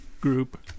group